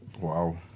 wow